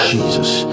Jesus